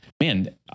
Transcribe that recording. man